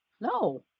No